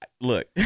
look